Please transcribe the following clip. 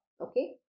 okay